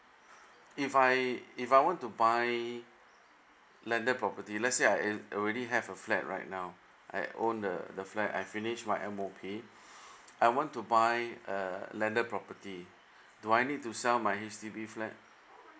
if I if I want to buy landed property let's say I al~ already have a flat right now I own the the flat I finished my M_O_P I want to buy uh landed property do I need to sell my H_D_B flat